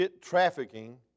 trafficking